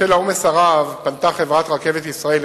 בשל העומס הרב פנתה חברת "רכבת ישראל"